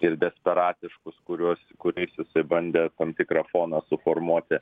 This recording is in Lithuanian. ir desperatiškus kuriuos kuriais jisai bandė tam tikrą foną suformuoti